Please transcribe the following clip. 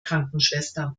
krankenschwester